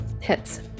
Hits